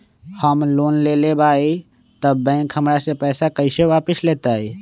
हम लोन लेलेबाई तब बैंक हमरा से पैसा कइसे वापिस लेतई?